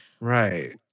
Right